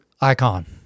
icon